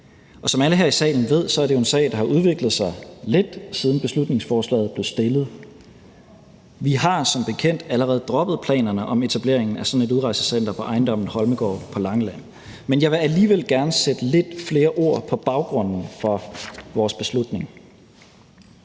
Som alle her i salen ved, er det en sag, der har udviklet sig lidt, siden beslutningsforslaget blev fremsat. Vi har som bekendt allerede droppet planerne om etableringen af sådan et udrejsecenter på ejendommen Holmegaard på Langeland, men jeg vil alligevel gerne sætte lidt flere ord på baggrunden for vores beslutning.